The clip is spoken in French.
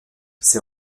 ces